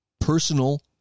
personal